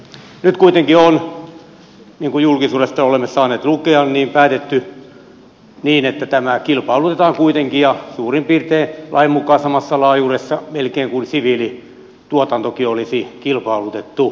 nyt kuitenkin on niin kuin julkisuudesta olemme saaneet lukea päätetty niin että tämä kilpailutetaan kuitenkin ja suurin piirtein lain mukaan samassa laajuudessa melkein kuin siviilituotantokin olisi kilpailutettu